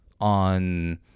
on